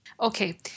Okay